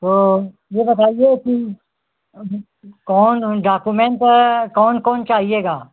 तो यह बताइए कि कौन कौन डॉकुमेंट कौन कौन चाहिएगा